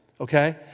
okay